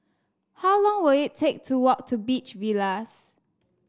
how long will it take to walk to Beach Villas